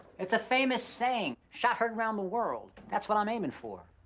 it's a famous saying, shot heard round the world. that's what i'm aimin' for.